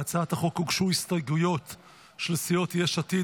להצעת החוק הוגשו הסתייגויות של סיעות יש עתיד,